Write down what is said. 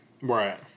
right